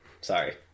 Sorry